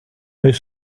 elles